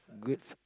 good